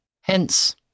Hence